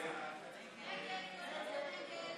ההצעה להעביר לוועדה את הצעת חוק-יסוד: